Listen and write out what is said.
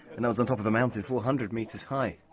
and that was on top of a mountain four hundred metres high.